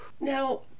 Now